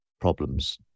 problems